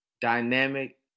dynamic